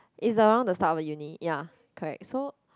it's around the start of uni ya correct so